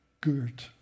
good